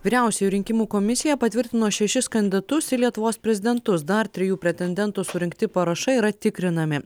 vyriausioji rinkimų komisija patvirtino šešis kandidatus į lietuvos prezidentus dar trijų pretendentų surinkti parašai yra tikrinami